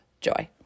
joy